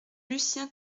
lucien